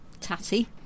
tatty